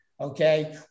okay